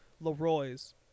Leroy's